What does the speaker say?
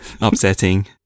upsetting